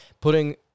putting